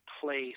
place